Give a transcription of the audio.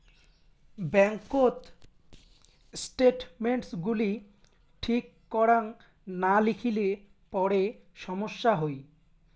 ব্যাঙ্ককোত স্টেটমেন্টস গুলি ঠিক করাং না লিখিলে পরে সমস্যা হই